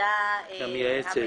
הוועדה המייעצת.